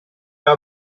trio